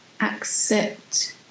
accept